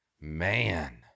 Man